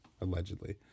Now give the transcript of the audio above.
Allegedly